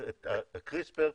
זו בשורה ונס.